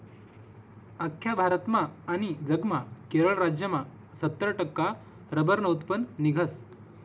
आख्खा भारतमा आनी जगमा केरळ राज्यमा सत्तर टक्का रब्बरनं उत्पन्न निंघस